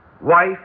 wife